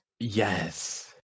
Yes